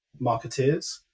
marketeers